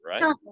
right